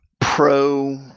pro